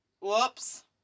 Whoops